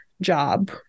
job